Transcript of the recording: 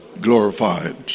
glorified